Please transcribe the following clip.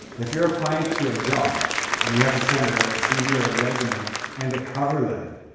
if you're applying to a job and you have to send a cv or a resume and a cover letter,